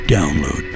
Download